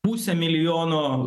pusę milijono